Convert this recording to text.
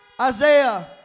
Isaiah